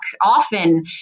often